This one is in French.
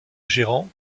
gérant